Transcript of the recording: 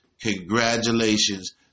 Congratulations